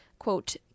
Quote